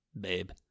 babe